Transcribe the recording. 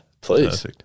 please